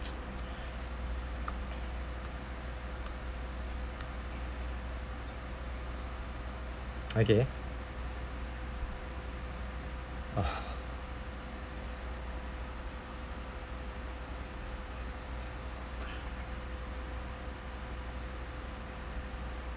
okay